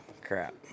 crap